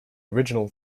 original